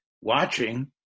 watching